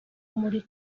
muri